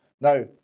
Now